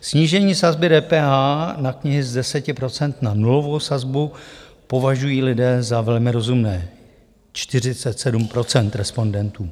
Snížení sazby DPH na knihy z 10 % na nulovou sazbu považují lidé za velmi rozumné 47 % respondentů.